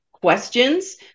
questions